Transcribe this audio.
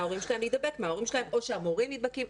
להידבק מההורים שלהם או שהמורים נדבקים.